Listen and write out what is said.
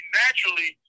naturally